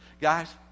Guys